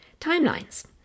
timelines